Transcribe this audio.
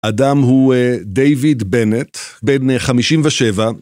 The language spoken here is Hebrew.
אדם הוא דיוויד בנט, בן חמישים ושבע.